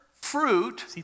fruit